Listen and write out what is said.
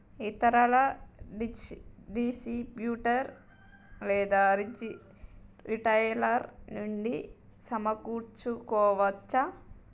ఇతర డిస్ట్రిబ్యూటర్ లేదా రిటైలర్ నుండి సమకూర్చుకోవచ్చా?